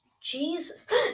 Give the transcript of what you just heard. Jesus